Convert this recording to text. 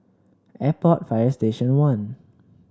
Airport Fire Station One